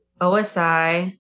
OSI